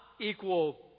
equal